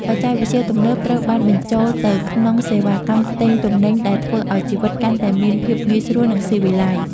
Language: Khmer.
បច្ចេកវិទ្យាទំនើបត្រូវបានបញ្ចូលទៅក្នុងសេវាកម្មទិញទំនិញដែលធ្វើឱ្យជីវិតកាន់តែមានភាពងាយស្រួលនិងស៊ីវិល័យ។